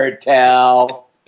tell